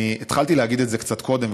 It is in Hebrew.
התחלתי להגיד את זה קצת קודם,